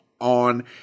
On